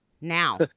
Now